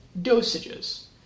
dosages